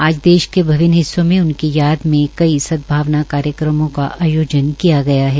आज देश के विभिन्न हिस्सों में उनकी याद में कई सदभावना कार्यक्रमों का आयोजन किया गया है